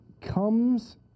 comes